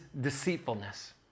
deceitfulness